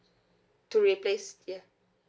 to replace ya